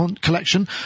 collection